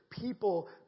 people